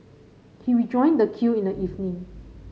he rejoined the queue in the evening